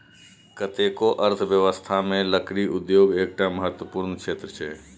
कतेको अर्थव्यवस्थामे लकड़ी उद्योग एकटा महत्वपूर्ण क्षेत्र छै